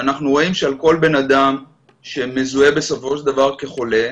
ואנחנו רואים שעל כל בן אדם שמזוהה בסופו של דבר כחולה,